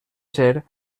ser